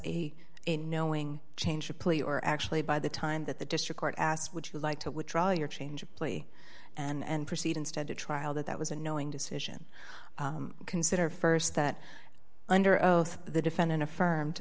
a knowing change a plea or actually by the time that the district court asked would you like to withdraw your change of plea and proceed instead to trial that that was a knowing decision consider st that under oath the defendant affirmed